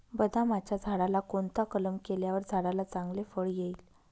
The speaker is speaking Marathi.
बदामाच्या झाडाला कोणता कलम केल्यावर झाडाला चांगले फळ येईल?